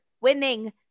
winning